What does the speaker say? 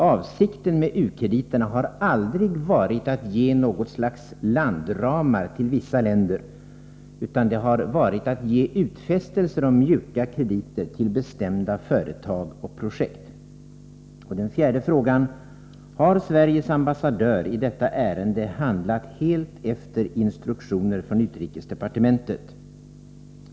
Avsikten med u-krediterna har aldrig varit att ge något slags landramar till vissa länder, utan det har gällt att ge utfästelser om mjuka krediter till bestämda företag och projekt. För det fjärde: Har Sveriges ambassadör i detta ärende handlat helt efter instruktioner från utrikesdepartementet?